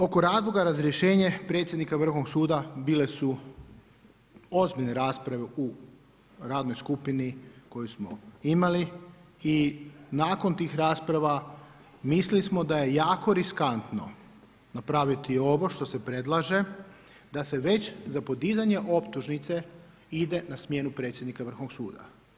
Oko razloga razrješenja predsjednika Vrhovnog suda bile su ozbiljne rasprave u radnoj skupini koju smo imali i nakon tih rasprava mislili smo da je jako riskantno napraviti ovo što se predlaže da se već za podizanje optužnice ide na smjenu predsjednika Vrhovnog suda.